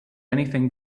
anything